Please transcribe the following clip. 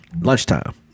lunchtime